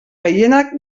gehienak